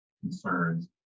concerns